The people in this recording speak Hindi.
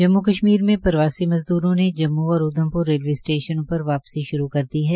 जम्मू और कश्मीर में प्रवासी मजदूरों ने जम्मू और उधमपुर रेलवे स्टेशनों पर वापिसी शुरू कर दी है